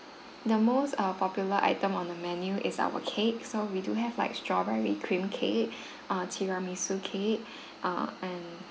the most uh popular item on the menu is our cakes so we do have like strawberry cream cake uh tiramisu cake uh and